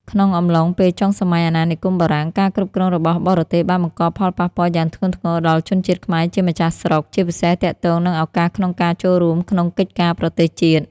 ក្នុងអំឡុងពេលចុងសម័យអាណានិគមបារាំង ការគ្រប់គ្រងរបស់បរទេសបានបង្កផលប៉ះពាល់យ៉ាងធ្ងន់ធ្ងរដល់ជនជាតិខ្មែរជាម្ចាស់ស្រុក ជាពិសេសទាក់ទងនឹងឱកាសក្នុងការចូលរួមក្នុងកិច្ចការប្រទេសជាតិ។